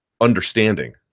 understanding